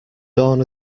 dawn